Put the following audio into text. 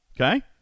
Okay